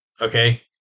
Okay